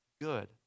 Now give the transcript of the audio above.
good